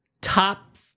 Top